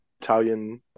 Italian